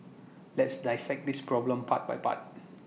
let's dissect this problem part by part